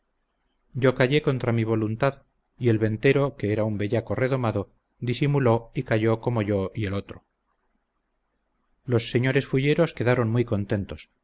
yo callé contra mi voluntad y el ventero que era un bellaco redomado disimuló y calló como yo y el otro los señores fulleros quedaron muy contentos